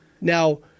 Now